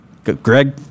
Greg